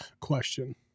question